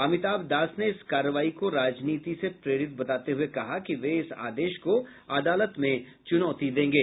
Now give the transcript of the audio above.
अमिताभ दास ने इस कार्रवाई को राजनीति से प्रेरित बताते हुए कहा कि वे इस आदेश को अदालत में चुनौती देंगे